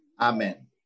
Amen